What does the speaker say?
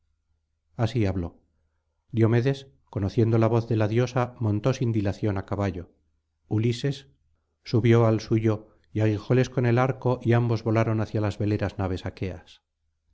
así habló diomedes conociendo la voz de la diosa montó sin dilación á caballo ulises subió al suyo aguijóles con ej arco y ambos volaron hacia las veleras naves aqueas